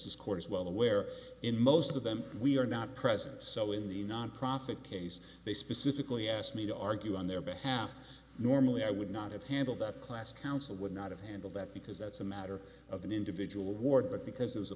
this court is well aware in most of them we are not present so in the nonprofit case they specifically asked me to argue on their behalf normally i would not have handled that class counsel would not have handled that because that's a matter of an individual award but because it was a